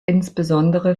insbesondere